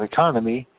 Economy